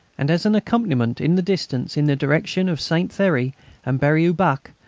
and as an accompaniment in the distance, in the direction of saint thierry and berry-au-bac,